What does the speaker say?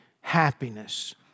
happiness